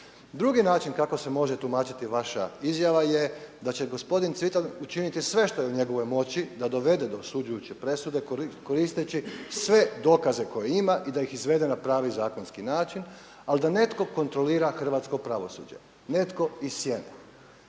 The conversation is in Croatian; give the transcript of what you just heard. Drugi način kako se može tumačiti vaša izjava je da će gospodin Cvitan učiniti sve što je u njegovoj moći da dovede do osuđujuće presude koristeći sve dokaze koje ima i da ih izvede na pravi zakonski način, ali da netko kontrolira hrvatsko pravosuđe, netko iz sjene.